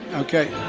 ok